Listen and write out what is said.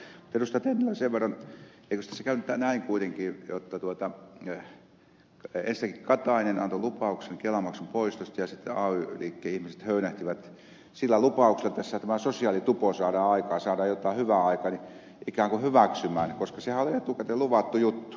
tennilälle sen verran että eikös tässä käynyt näin kuitenkin jotta ensinnäkin katainen antoi lupauksen kelamaksun poistosta ja sitten ay liikkeen ihmiset höynähtivät sillä lupauksella että tämä sosiaalitupo saadaan aikaan saadaan jotain hyvää aikaan niin ikään kuin hyväksymään koska sehän oli etukäteen luvattu juttu